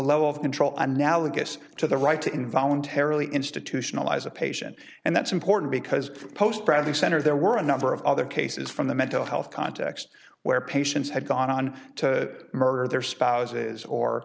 level of control analogous to the right to in voluntarily institutionalize a patient and that's important because post grad the center there were a number of other cases from the mental health context where patients had gone on to murder their spouses or